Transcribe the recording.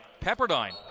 Pepperdine